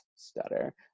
stutter